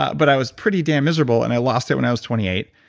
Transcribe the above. but i was pretty damn miserable, and i lost it when i was twenty eight.